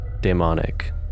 demonic